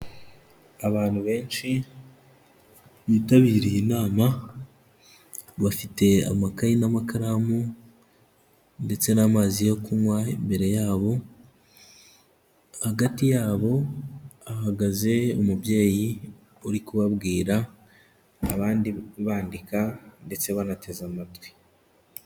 Abantu benshi bitabiriye inama bafite amakayi n'amakaramu ndetse n'amazi yo kunywa imbere yabo, hagati yabo hahagaze umubyeyi uri kubabwira abandi bandika ndetse banateze amatwi.